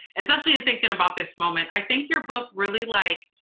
especially, in thinking about this moment, i think your book really like,